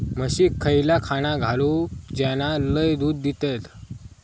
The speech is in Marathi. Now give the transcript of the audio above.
म्हशीक खयला खाणा घालू ज्याना लय दूध देतीत?